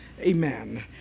Amen